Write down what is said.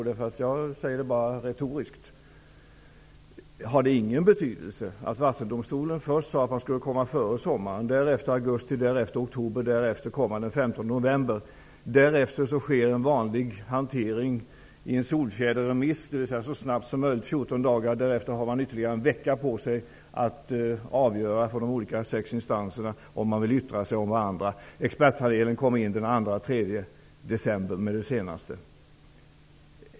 Den är retorisk: Har det ingen betydelse att Vattendomstolen först sade att man skulle komma med ett yttrande före sommaren, att man sedan sade augusti och sedan oktober? Yttrandet från Vattendomstolen kom den 15 november. Därefter skedde en vanlig hantering i en solfjäderremiss. Det innebar att de sex olika instanserna 14 dagar därefter hade ytterligare en vecka på sig att avgöra om de ville yttra sig om varandra. Expertpanelen kom med sitt senaste utlåtande den 2 eller 3 december.